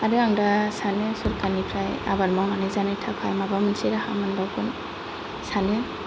आरो आं दा सानो सरकारनिफ्राय आबाद मावनानै जानाय थाखा माबा मोनसे राहा मोनबावगोन सानो